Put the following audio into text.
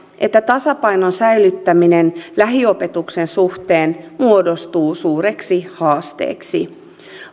että tasapainon säilyttäminen lähiopetuksen suhteen muodostuu suureksi haasteeksi